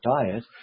diet